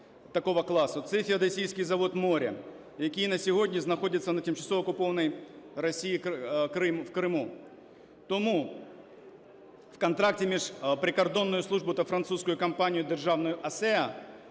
це феодосійський завод "Море", який на сьогодні знаходиться на тимчасово окупованій Росією… в Криму. Тому в контракті між прикордонною службою та французкою компанією державною ОСЕА